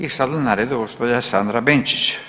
I sad je na redu gđa. Sandra Benčić,